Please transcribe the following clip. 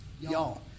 Y'all